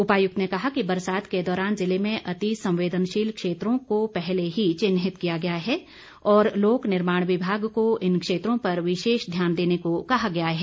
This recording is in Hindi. उपायुक्त ने कहा कि बरसात के दौरान ज़िले में अति संवेदनशील क्षेत्रों को पहले ही चिन्हित किया गया है और लोक निर्माण विभाग को इन क्षेत्रों पर विशेष ध्यान देने को कहा गया है